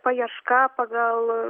paieška pagal